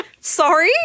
sorry